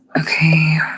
Okay